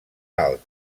alt